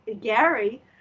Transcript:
Gary